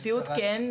בסיעוד כן,